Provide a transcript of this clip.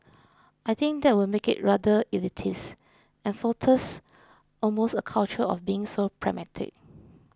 I think that would make it rather elitist and fosters almost a culture of being so pragmatic